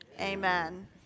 Amen